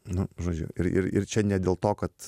nu žodžiu ir ir ir čia ne dėl to kad